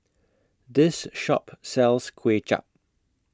This Shop sells Kuay Chap